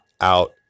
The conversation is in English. out